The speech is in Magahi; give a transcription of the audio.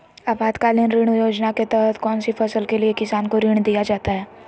आपातकालीन ऋण योजना के तहत कौन सी फसल के लिए किसान को ऋण दीया जाता है?